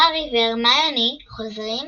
הארי והרמיוני חוזרים